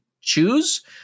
choose